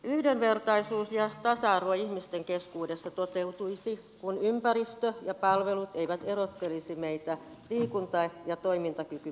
yhdenvertaisuus ja tasa arvo ihmisten keskuudessa toteutuisi kun ympäristö ja palvelut eivät erottelisi meitä liikunta ja toimintakykymme mukaan